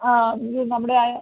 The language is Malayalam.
ആ ഇത് നമ്മുടെ അയ്